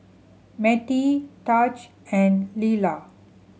Mettie Taj and Lelar